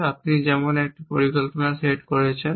যেমন আপনি একটি পরিকল্পনা সেট করেছেন